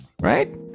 right